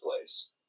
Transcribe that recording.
place